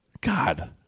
God